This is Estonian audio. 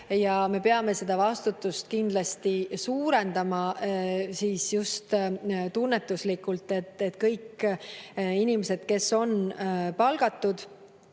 Me peame seda vastutust kindlasti suurendama just tunnetuslikult, et kõik inimesed, kes on palgatud,